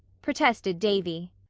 protested davy.